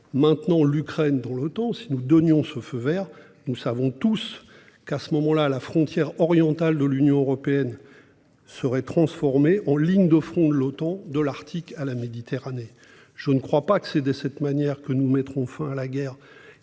maintenant l'Ukraine dans l'Otan, si nous donnions ce feu vert, alors, nous le savons tous, la frontière orientale de l'Union européenne se verrait transformée en ligne de front de l'Otan, de l'Arctique à la Méditerranée. Je ne crois pas que ce soit ainsi que nous mettrons fin à la guerre